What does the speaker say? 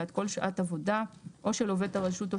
בעד כל שעת עבודה או של עובד הרשות או